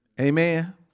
amen